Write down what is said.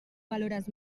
valores